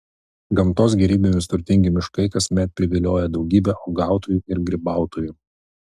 gamtos gėrybėmis turtingi miškai kasmet privilioja daugybę uogautojų ir grybautojų